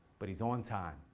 but he's on time.